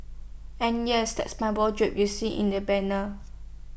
and yes that's my wardrobe you see in the banner